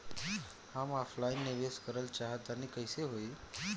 हम ऑफलाइन निवेस करलऽ चाह तनि कइसे होई?